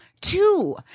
two